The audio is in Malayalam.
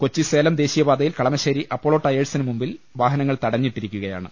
കൊച്ചി സേലം ദേശീയപാതയിൽ കളമശ്ശേരി അപ്പോളോ ടയേ ഴ്സിന് മുമ്പിൽ വാഹനങ്ങൾ തടഞ്ഞിട്ടിരിക്കുകയാണ്